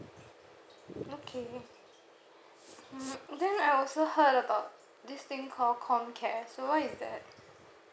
okay mm then I also heard about this thing called COMCARE so what is that